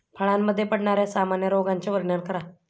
फळांमध्ये पडणाऱ्या सामान्य रोगांचे वर्णन करा